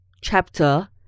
chapter